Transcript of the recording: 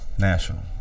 National